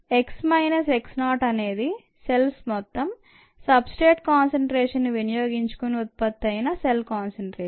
x minus x naught అనేది cells మొత్తం substrate concentration ను వినియోగించుకుని ఉత్పత్తి అయిన సెల్ కాన్సంట్రేషన్